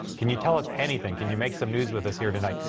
can you tell us anything? can you make some news with us here?